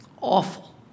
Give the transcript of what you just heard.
Awful